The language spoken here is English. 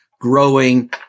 growing